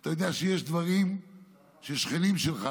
אתה יודע שיש דברים שהשכנים שלך,